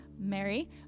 Mary